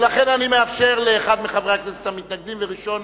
לכן אני מאפשר לאחד מחברי הכנסת המתנגדים, וראשון